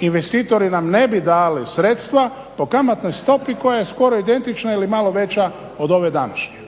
investitori nam ne bi dali sredstva po kamatnoj stopi koja je skoro identična ili malo veća od ove današnje.